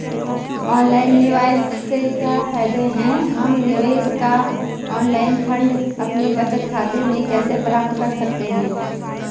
Online निवेश से क्या फायदा है हम निवेश का ऑनलाइन फंड अपने बचत खाते में कैसे प्राप्त कर सकते हैं?